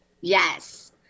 Yes